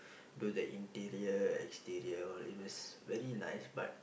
do the interior exterior all these very nice but